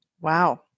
Wow